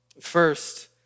First